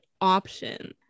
option